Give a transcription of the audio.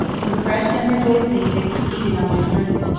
refreshed and rejoicing, they proceeded on their journey.